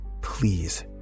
please